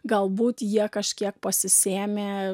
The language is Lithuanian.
galbūt jie kažkiek pasisėmė